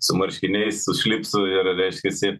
su marškiniais su šlipsu ir reiškiasi